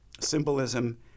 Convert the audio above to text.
symbolism